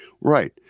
Right